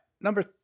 Number